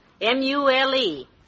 M-U-L-E